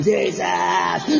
Jesus